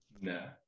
no